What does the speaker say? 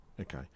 Okay